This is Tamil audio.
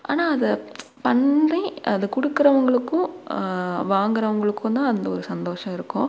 ஆனா அதை பண்ணி அதை கொடுக்கறவங்களுக்கும் வாங்குறவங்களுக்கும் தான் அந்த ஒரு சந்தோஷம் இருக்கும்